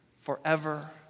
forever